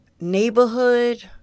neighborhood